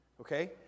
Okay